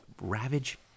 ravage